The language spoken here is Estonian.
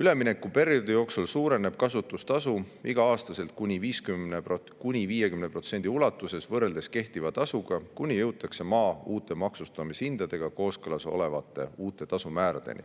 Üleminekuperioodi jooksul suureneb kasutustasu iga aasta kuni 50% ulatuses võrreldes kehtiva tasuga, kuni jõutakse maa uute maksustamishindadega kooskõlas olevate uute tasumääradeni.